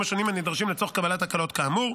השונים הנדרשים לצורך קבלת הקלות כאמור.